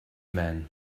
men